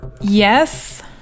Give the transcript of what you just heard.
Yes